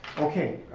okay,